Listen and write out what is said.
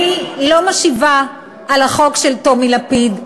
אני לא משיבה על החוק של טומי לפיד,